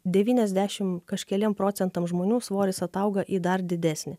devyniasdešim kažkeliem procentam žmonių svoris atauga į dar didesnį